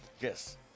Yes